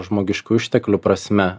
žmogiškųjų išteklių prasme